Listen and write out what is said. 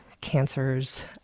cancers